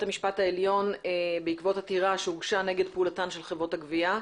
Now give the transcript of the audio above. המשפט העליון בעקבות עתירה שהוגשה נגד פעולתן של חברות הגבייה.